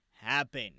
happen